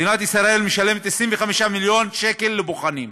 מדינת ישראל משלמת 25 מיליון שקל לבוחנים.